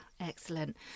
excellent